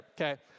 okay